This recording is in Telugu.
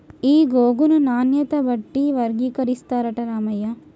ఈ గోగును నాణ్యత బట్టి వర్గీకరిస్తారట రామయ్య